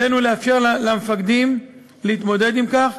עלינו לאפשר למפקדים להתמודד עם כך,